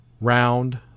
Round